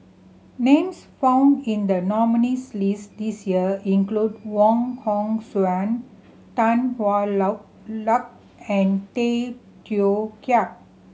names found in the nominees' list this year include Wong Hong Suen Tan Hwa Luck and Tay Teow Kiat